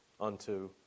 unto